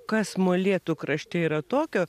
kas molėtų krašte yra tokio